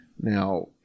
Now